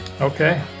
Okay